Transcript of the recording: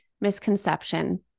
misconception